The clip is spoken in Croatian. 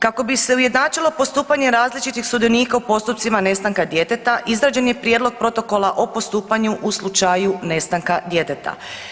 Kako bi se ujednačilo postupanje različitih sudionika u postupcima nestanka djeteta izrađen je prijedlog protokola o postupanju u slučaju nestanka djeteta.